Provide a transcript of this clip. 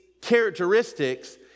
characteristics